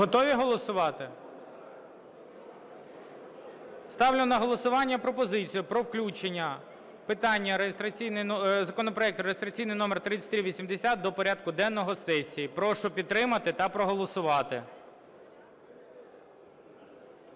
Готові голосувати? Ставлю на голосування пропозицію про включення питання, законопроекту, реєстраційний номер 3380, до порядку денного сесії. Прошу підтримати та проголосувати.